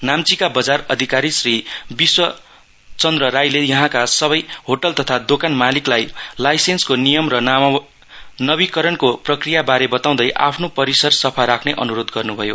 नाम्चीका बजार अधिकारकी श्री विश्व चन्द्र राईले यहाँका सबै होटल तथा दोकान मालिकलाई लाइसेन्सको नियम र नवीकरणको प्रक्रियाबारे बताउँदै आफ्नो परिसर सफा राख्ने अनुरोध गर्नुभयो